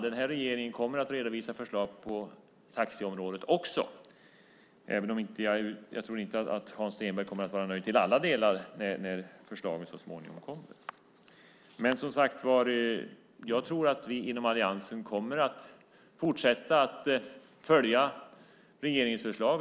Den här regeringen kommer att redovisa förslag på taxiområdet också, även om jag inte tror att Hans Stenberg kommer att vara nöjd till alla delar när förslagen så småningom kommer. Som sagt var, jag tror att vi inom alliansen kommer att fortsätta att följa regeringens förslag.